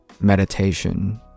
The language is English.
meditation